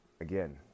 again